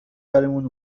بریمون